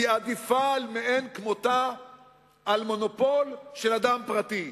היא עדיפה מאין כמותה על מונופול של אדם פרטי.